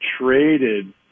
traded